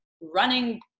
running